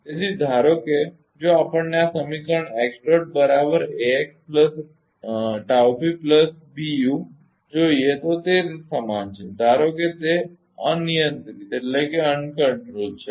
તેથી ધારો કે જો આપણને આ સમીકરણ જોઈએ તો તે સમાન છે ધારો કે તે અનિયંત્રિત છે